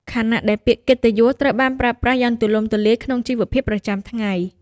ខណៈដែលពាក្យកិត្តិយសត្រូវបានប្រើប្រាស់យ៉ាងទូលំទូលាយក្នុងជីវភាពប្រចាំថ្ងៃ។